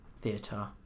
theatre